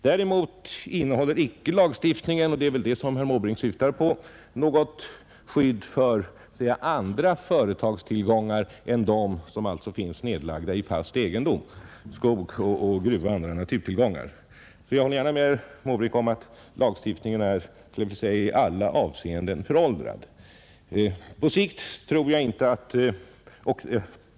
Däremot innehåller lagstiftningen — och det är väl vad herr Måbrink syftar på — icke något skydd för andra företagstillgångar än sådana som finns nedlagda i fast egendom, skog, gruvor och övriga naturtillgångar. Jag håller därför gärna med herr Måbrink om att lagstiftningen är i alla avseenden föråldrad.